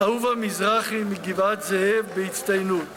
אהובה מזרחי מגבעת זהב בהצטיינות